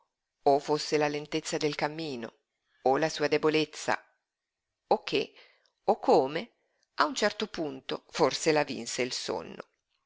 o fosse la lentezza del cammino o la sua debolezza o che o come a un certo punto forse la vinse il sonno